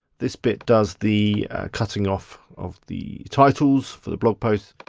this bit does the cutting off of the titles for the blog posts,